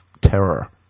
terror